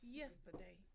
yesterday